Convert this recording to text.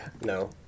No